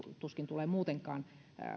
tuskin tulee muutenkaan